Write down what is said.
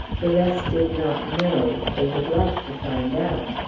the rest did not know they would like to find out.